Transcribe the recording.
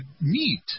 meet